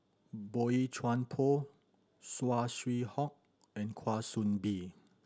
Boey Chuan Poh Saw Swee Hock and Kwa Soon Bee